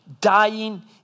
dying